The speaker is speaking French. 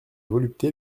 volupté